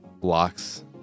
blocks